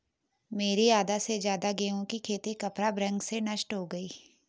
मेरी आधा से ज्यादा गेहूं की खेती खपरा भृंग से नष्ट हो गई